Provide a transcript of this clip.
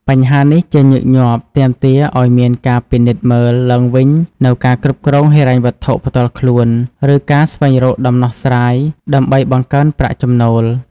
បញ្ហានេះជាញឹកញាប់ទាមទារឲ្យមានការពិនិត្យមើលឡើងវិញនូវការគ្រប់គ្រងហិរញ្ញវត្ថុផ្ទាល់ខ្លួន ឬការស្វែងរកដំណោះស្រាយដើម្បីបង្កើនប្រាក់ចំណូល។